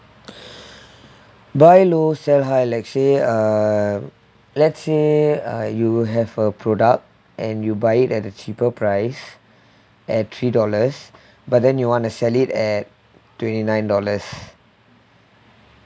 buy low sell high let's say uh let's say uh you have a product and you buy it at a cheaper price at three dollars but then you wanna sell it at twenty nine dollars